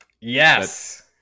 Yes